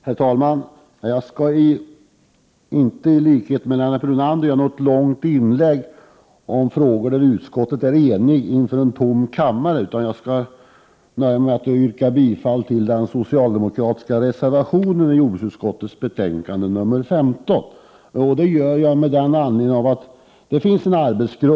Herr talman! Jag skall inte som Lennart Brunander göra ett långt inlägg inför en tom kammare i frågor som utskottet är enigt om. Jag skall nöja mig med att yrka bifall till den socialdemokratiska reservationen i jordbruksutskottets betänkande nr 15. Det finns en arbetsgrupp som ser över frågorna om hästaveln.